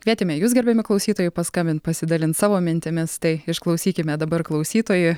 kvietėme jus gerbiami klausytojai paskambint pasidalint savo mintimis tai išklausykime dabar klausytoją